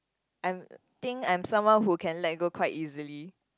I'm think I'm someone who can let go quite easily